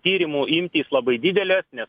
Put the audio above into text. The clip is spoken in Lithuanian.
tyrimų imtys labai didelės nes